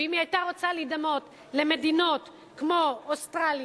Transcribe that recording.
ואם היא היתה רוצה להידמות למדינות כמו אוסטרליה,